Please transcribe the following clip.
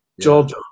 Job